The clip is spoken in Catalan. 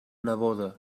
neboda